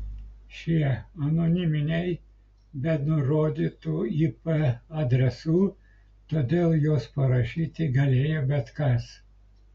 šie anoniminiai be nurodytų ip adresų todėl juos parašyti galėjo bet kas